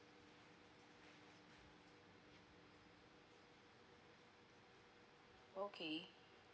okay